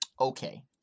okay